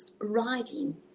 riding